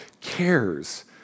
cares